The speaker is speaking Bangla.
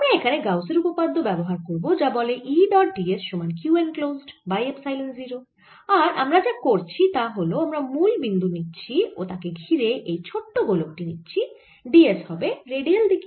আমরা এখানে গাউসের উপপাদ্য ব্যবহার করব যা বলে E ডট d s সমান Q এনক্লোসড বাই এপসাইলন 0 আর আমরা যা করছি তা হল আমরা মুল বিন্দু নিচ্ছি ও তাকে ঘিরে এই ছোট গোলক টি নিচ্ছি d s হবে রেডিয়াল দিকে